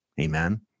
Amen